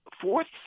fourth